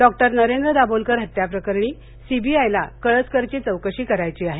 डॉ नरेंद्र दाभोलकर हत्या प्रकरणी सीबीआयला कळसकरची चौकशी करायची आहे